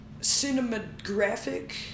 cinematographic